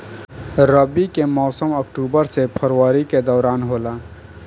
रबी के मौसम अक्टूबर से फरवरी के दौरान होला